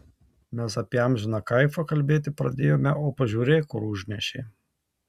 mes apie amžiną kaifą kalbėti pradėjome o pažiūrėk kur užnešė